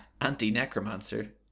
Anti-Necromancer